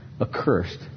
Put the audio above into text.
accursed